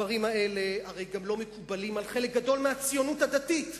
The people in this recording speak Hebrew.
הדברים האלה הרי גם לא מקובלים על חלק גדול מהציונות הדתית.